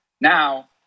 Now